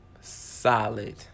solid